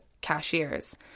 cashiers